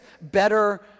better